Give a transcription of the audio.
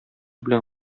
белән